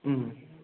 ꯎꯝ